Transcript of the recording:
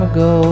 Ago